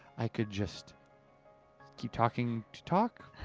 i could just keep talking to talk.